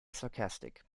sarcastic